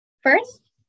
First